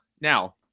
Now